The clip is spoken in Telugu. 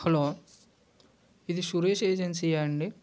హలో ఇది సురేష్ ఏజెన్సీ ఆ అండి